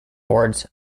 awards